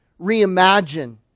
reimagine